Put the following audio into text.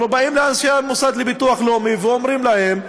אנחנו באים לאנשי המוסד לביטוח לאומי ואומרים להם,